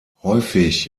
häufig